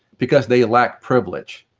because they lack privilege.